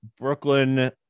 Brooklyn